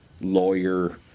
lawyer